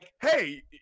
hey